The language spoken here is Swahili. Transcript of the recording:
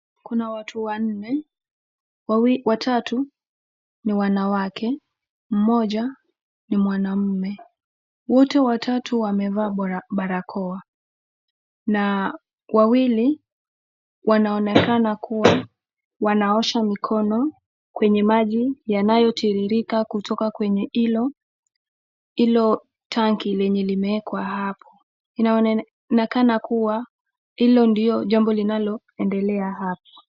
Kuna watu wanne, wawili watatu ni wanawake, mmoja ni mwanaume. Wote watatu wamevaa barakoa. Na wawili wanaonekana kuwa wanaosha mikono kwenye maji yanayotiririka kutoka kwenye hilo hilo tanki lenye limewekwa hapo. Inaonekana kuwa hilo ndilo jambo linaloendelea hapa.